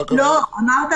אמרת